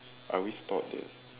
I always thought that